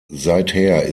seither